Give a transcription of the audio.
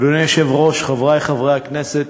היושב-ראש, חברי חברי הכנסת,